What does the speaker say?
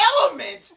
Element